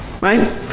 Right